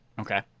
Okay